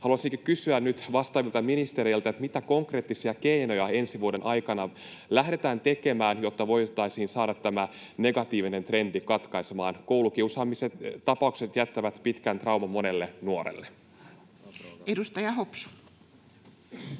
Haluaisinkin kysyä nyt vastaavilta ministereiltä: mitä konkreettisia keinoja ensi vuoden aikana lähdetään tekemään, jotta voitaisiin saada tämä negatiivinen trendi katkaistua? Koulukiusaamistapaukset jättävät pitkän trauman monelle nuorelle. [Speech 71]